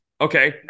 Okay